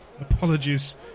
Apologies